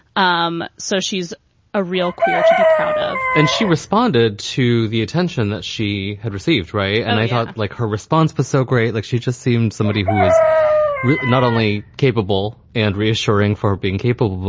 um so she's a real queer to be proud of and she responded to the attention that she had received. right. and i thought, like, her response was so great. look, she just seemed somebody who is not only capable and reassuring for being capable,